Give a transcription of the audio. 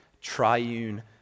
triune